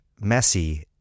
messy